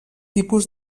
tipus